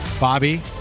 Bobby